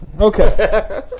Okay